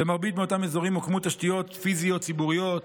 במרבית מאותם אזורים הוקמו תשתיות פיזיות ציבוריות